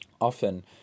often